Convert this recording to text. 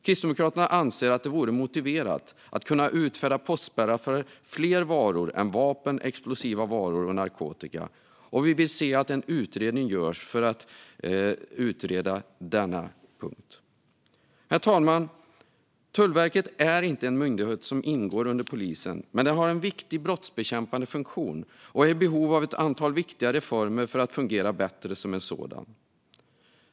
Kristdemokraterna anser att det vore motiverat att kunna utfärda postspärrar för fler varor än vapen, explosiva varor och narkotika. Vi vill se att en utredning görs om det. Herr talman! Tullverket är inte en myndighet som ingår under polisen. Men den har en viktig brottsbekämpande funktion och är i behov av ett antal viktiga reformer för att fungera bättre som en sådan.